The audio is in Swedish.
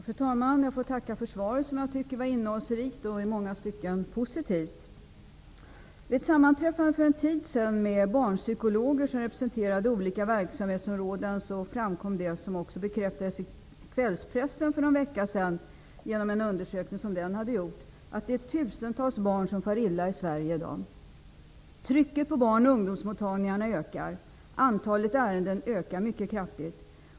Fru talman! Jag får tacka för svaret, som jag tycker var innehållsrikt och i många stycken positivt. Vid ett sammanträffande för en tid sedan med barnpsykologer som representerade olika verksamhetsområden framkom det, som också bekräftades genom en undersökning i kvällspressen för någon vecka sedan, att tusentals barn far illa i Sverige i dag. Trycket på barn och ungdomsmottagningarna ökar. Antalet ärenden ökar mycket kraftigt.